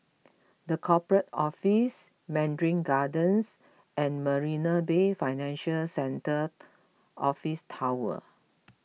the Corporate Office Mandarin Gardens and Marina Bay Financial Centre Office Tower